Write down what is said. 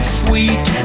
sweet